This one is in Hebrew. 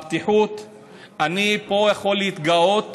אני יכול להתגאות